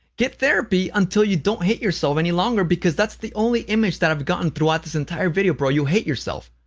get therapy until you don't hate yourself any longer because that's the only image that i've gotten throughout this entire video, bro, you hate yourself.